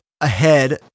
ahead